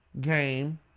game